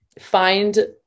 find